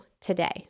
today